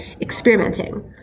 experimenting